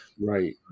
Right